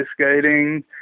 skating